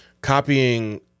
copying